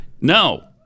No